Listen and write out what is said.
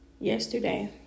Yesterday